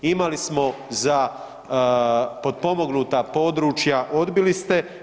Imali smo za potpomognuta područja, odbili ste.